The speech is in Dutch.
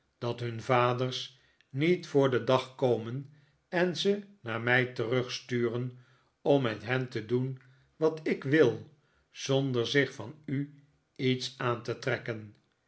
dat hun vaders niet voor den dag komen en ze naar mij terugsturen om met hen te doen wat ik wil zonder zich van u iets aan te trekken